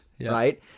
right